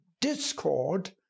discord